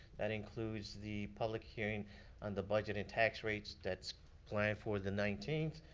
that includes the public hearing on the budget and tax rates that's planned for the nineteenth,